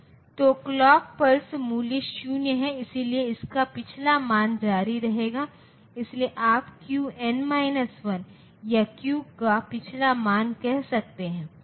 तो clock pulse मूल्य 0 है इसलिए इसका पिछला मान जारी रहेगा इसलिए आप Qn 1 या Q का पिछला मान कह सकते हैं